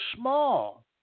small